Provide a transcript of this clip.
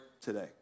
today